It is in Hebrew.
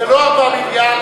זה לא 4 מיליארד,